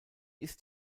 ist